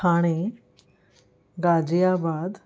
Thane Ghaziabad